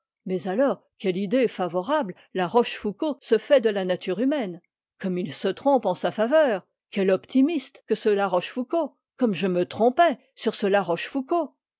mais alors quelle idée favorable la rochefoucauld se fait de la nature humaine comme il se trompe en sa faveur quel optimiste que ce la rochefoucauld comme je me trompais sur ce la rochefoucauld